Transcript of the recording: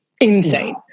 Insane